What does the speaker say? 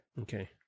Okay